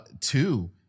two